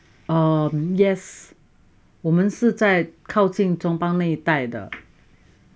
err yes 我们是在靠近 chong pang 那一代的